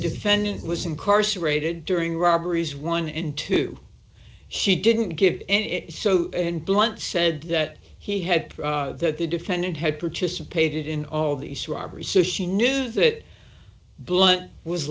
defendant was incarcerated during robberies one in two she didn't give in so blunt said that he had that the defendant had participated in all these robbery so she knew that blunt was